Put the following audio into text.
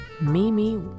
Mimi